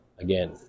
Again